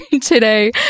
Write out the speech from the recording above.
today